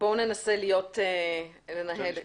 היא סגרה.